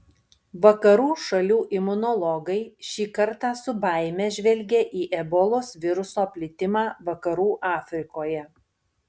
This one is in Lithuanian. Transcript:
vakarų šalių imunologai šį kartą su baime žvelgė į ebolos viruso plitimą vakarų afrikoje